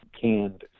canned